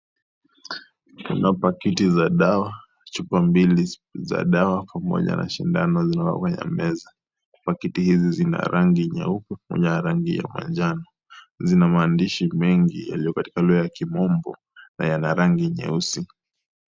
Kuna pakiti za dawa ,chupa mbili za dawa pamoja na sindano ikiwa Kwa meza , pakiti hizi zina rangi nyeupe na rangi ya manjano zina maandishi mengi yaliyo katika lugha ya kimombo na yana rangi nyeusi.